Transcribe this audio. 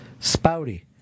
Spouty